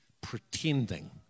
pretending